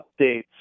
updates